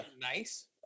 nice